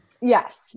Yes